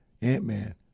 Ant-Man